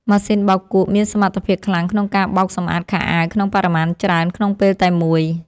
ម៉ាស៊ីនបោកគក់មានសមត្ថភាពខ្លាំងក្នុងការបោកសម្អាតខោអាវក្នុងបរិមាណច្រើនក្នុងពេលតែមួយ។